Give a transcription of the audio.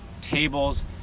tables